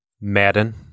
Madden